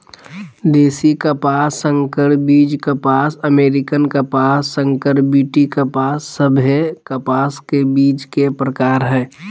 देशी कपास, संकर बीज कपास, अमेरिकन कपास, संकर बी.टी कपास सभे कपास के बीज के प्रकार हय